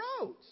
roads